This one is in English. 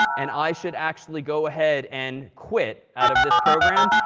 and i should actually go ahead and quit out of this program.